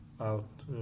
out